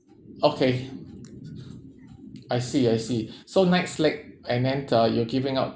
okay I see I see so and then uh you're giving out